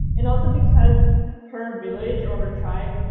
and also because her village or her tribe,